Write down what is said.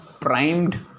primed